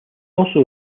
also